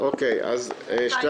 הצבעה בעד ההצעה פה אחד ההצעה לעברת